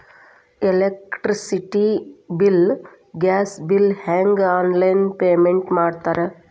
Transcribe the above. electricity bill gas bill ಹೆಂಗ online payment ಮಾಡ್ತಾರಾ